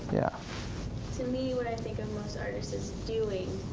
yeah to me what i think of most artist is doing,